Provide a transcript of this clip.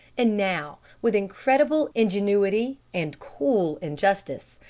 and now, with incredible ingenuity and cool injustice,